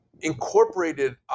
incorporated